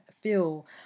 feel